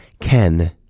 Ken